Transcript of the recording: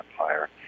Empire